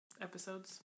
episodes